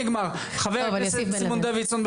בבקשה, חבר הכנסת סימון דוידסון.